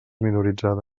minoritzades